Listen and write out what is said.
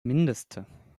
mindeste